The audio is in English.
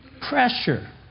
Pressure